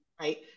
Right